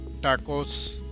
tacos